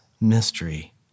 mystery